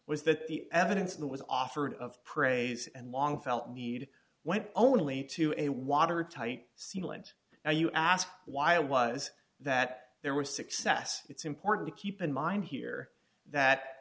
was that the evidence that was offered of praise and long felt need went only to a water tight seal and now you ask why was that there was success it's important to keep in mind here that